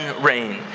rain